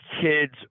kids